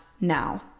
now